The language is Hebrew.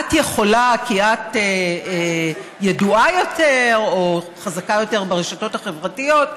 את יכולה כי את ידועה יותר או חזקה יותר ברשתות החברתיות,